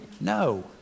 No